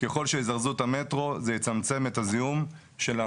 גברת, אם תואילי לקרוא את סעיף 62 (א):